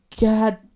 god